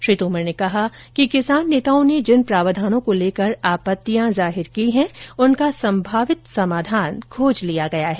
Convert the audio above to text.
श्री तोमर ने कहा कि किसान नेताओं ने जिन प्रावधानों को लेकर आपत्तियां जाहिर की हैं उनका संभावित समाधान खोज लिया गया है